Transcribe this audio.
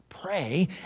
pray